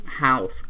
house